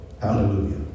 Hallelujah